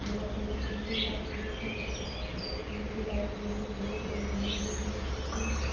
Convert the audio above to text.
घुमयके लेल मन्दिर आरमे जयथिन तऽ मन्दिर आरमे जेत्ते घू घूमथिन